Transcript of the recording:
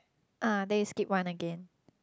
ah then you skip one again